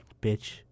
Bitch